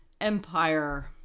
empire